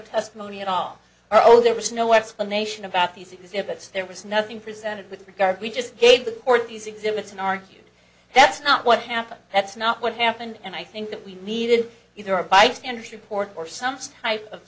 testimony at all oh there was no explanation about these exhibits there was nothing presented with regard we just gave the order these exhibits and argued that's not what happened that's not what happened and i think that we needed either a bystander report or some type of